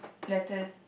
letters